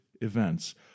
events